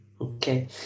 Okay